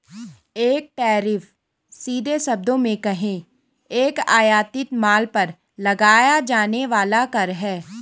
एक टैरिफ, सीधे शब्दों में कहें, एक आयातित माल पर लगाया जाने वाला कर है